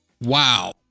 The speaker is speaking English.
Wow